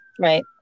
Right